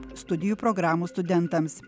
studijų programų studentams